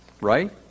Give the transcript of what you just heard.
right